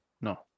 no